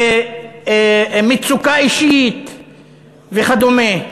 מצוקה אישית וכדומה.